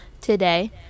today